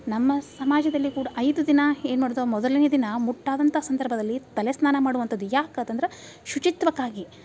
ನಮ್ಮ ಸಮಾಜದಲ್ಲಿ ಕೂಡ ಐದು ದಿನ ಏನು ಮಾಡೋದು ಮೊದಲನೇ ದಿನ ಮುಟ್ಟಾದಂಥ ಸಂದರ್ಭದಲ್ಲಿ ತಲೆ ಸ್ನಾನ ಮಾಡುವಂಥದ್ ಯಾಕೆ ಅದಂದ್ರೆ ಶುಚಿತ್ವಕ್ಕಾಗಿ